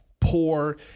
poor